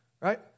Right